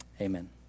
Amen